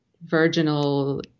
virginal